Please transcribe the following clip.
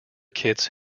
kits